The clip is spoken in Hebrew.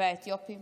והאתיופים